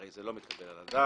הרי זה לא מתקבל על הדעת.